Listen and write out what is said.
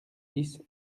dix